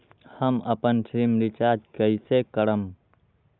हम अपन SIM recharge कइसे करम?